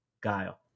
guile